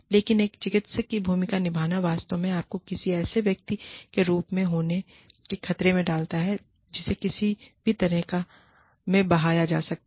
लेकिन एक चिकित्सक की भूमिका निभाना वास्तव में आपको किसी ऐसे व्यक्ति के रूप में होने के खतरे में डालता है जिसे किसी भी तरह से बहाया जा सकता है